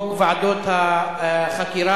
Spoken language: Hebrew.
חוק ועדות החקירה,